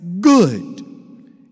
good